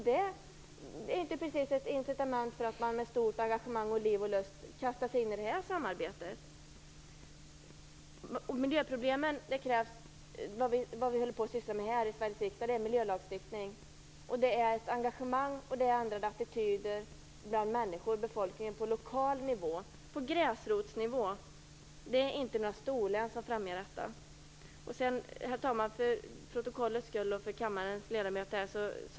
Det är inte precis ett incitament för att man med stort engagemang och med liv och lust kastar sig in i detta samarbete. Vad vi sysslar med här i Sveriges riksdag är miljölagstiftning. Det finns en engagemang, och det är ändrade attityder bland befolkningen på lokal nivå, på gränsrotsnivå. Det främjas inte av några storlän. Herr talman! För protokollets skull och för kammarens ledamöter vill jag förtydliga mig.